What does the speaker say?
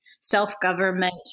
self-government